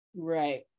right